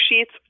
sheets